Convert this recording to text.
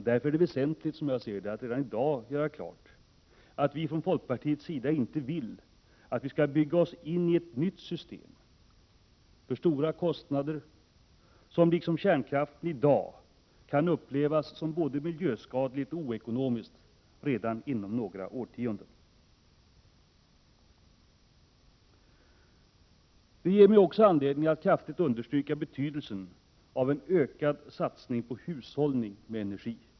Därför vill folkpartiet inte att Sverige skall bygga sig in i ett nytt energisystem för stora kostnader och som, liksom kärnkraften i dag, redan inom några årtionden kan förutses uppfattas som både miljöskadligt och oekonomiskt. Det sagda ger mig också anledning att kraftigt understryka betydelsen av en ökad satsning på hushållning med energi.